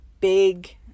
big